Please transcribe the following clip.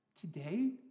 today